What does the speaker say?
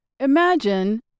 Imagine